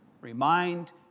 remind